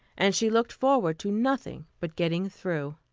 and she looked forward to nothing but getting through.